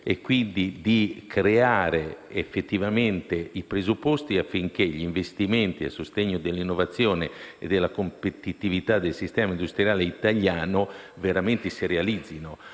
e, quindi, creare effettivamente i presupposti affinché gli investimenti a sostegno dell'innovazione e della competitività del sistema industriale italiano si realizzino